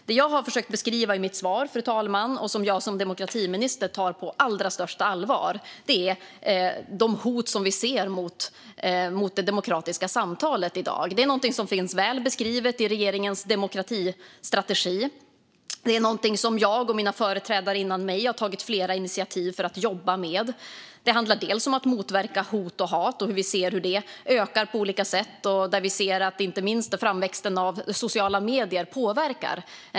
Det jag har försökt att beskriva i mitt svar, fru talman, och som jag som demokratiminister tar på allra största allvar, är de hot som vi ser mot det demokratiska samtalet i dag. Det är något som finns väl beskrivet i regeringens demokratistrategi, och det är något som jag och mina företrädare har tagit flera initiativ till att jobba med. Det handlar om att motverka hot och hat. Vi ser hur de ökar på olika sätt, inte minst hur framväxten av sociala medier påverkar.